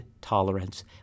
tolerance